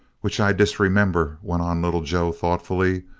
which i disremember, went on little joe thoughtfully,